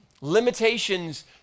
Limitations